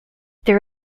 there